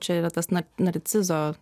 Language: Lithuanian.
čia yra tas na narcizo